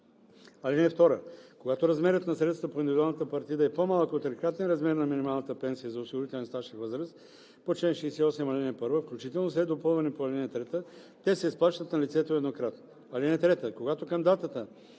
(2) Когато размерът на средствата по индивидуалната партида е по-малък от трикратния размер на минималната пенсия за осигурителен стаж и възраст по чл. 68, ал. 1, включително след допълване по ал. 3, те се изплащат на лицето еднократно. (3) Когато към датата